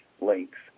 links